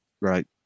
Right